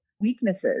weaknesses